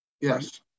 Yes